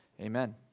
Amen